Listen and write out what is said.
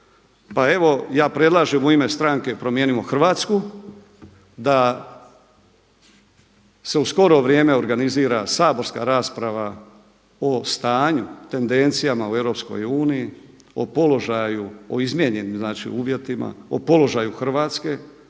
ja predlažem u ime stranke Promijenimo Hrvatske da se u skoro vrijeme organizira saborska rasprava o stanju, tendencijama u Europskoj uniji,